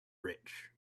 rich